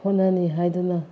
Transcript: ꯍꯣꯠꯅꯅꯤ ꯍꯥꯏꯗꯨꯅ